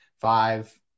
five